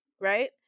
right